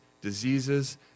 diseases